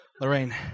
Lorraine